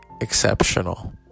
exceptional